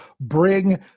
bring